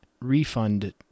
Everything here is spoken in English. refund